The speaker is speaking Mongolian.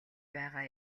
байгаа